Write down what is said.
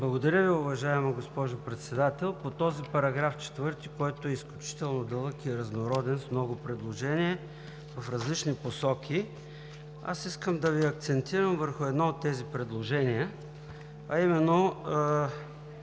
Благодаря Ви, уважаема госпожо Председател. По този параграф четвърти, който е изключително дълъг и разнороден, с много предложения в различни посоки, искам да Ви акцентирам върху едно от тези предложения, а именно